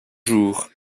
jours